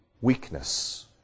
weakness